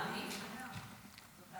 כבוד